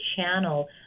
channel